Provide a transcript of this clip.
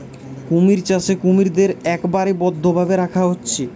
কুমির চাষে কুমিরদের একবারে বদ্ধ ভাবে রাখা হচ্ছে